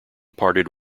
parted